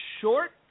short